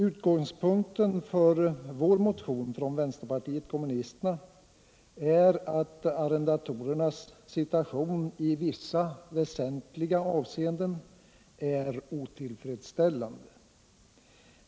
Utgångspunkten för vänsterpartiet kommunisternas motion är att arrendatorernas situation i vissa väsentliga avseenden är otillfredsställande.